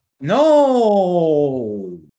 No